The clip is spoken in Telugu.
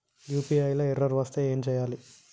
యూ.పీ.ఐ లా ఎర్రర్ వస్తే ఏం చేయాలి?